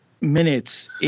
minutes